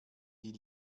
die